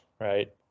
right